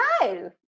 No